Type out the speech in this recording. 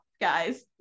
guys